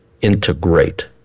integrate